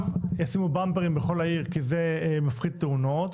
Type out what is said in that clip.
ישימו במפרים בכל העיר כי זה מפחית תאונות,